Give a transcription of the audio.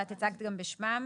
שאת הצגת גם בשמם.